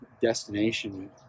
destination